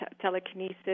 telekinesis